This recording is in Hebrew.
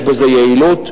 יש בזה יעילות.